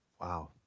Wow